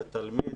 את התלמיד,